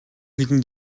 хэдэн